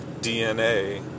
DNA